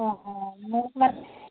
অঁ অঁ মোক মানে